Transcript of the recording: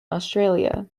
australia